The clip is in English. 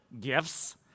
gifts